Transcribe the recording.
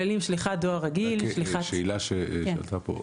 שאלה שעלתה כאן.